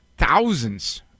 Thousands